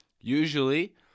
Usually